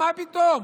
מה פתאום.